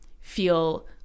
feel